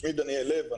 שמי דניאל לב.